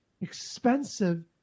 expensive